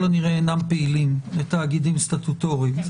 הנראה אינם פעילים לתאגידים סטטוטוריים.